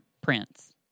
prince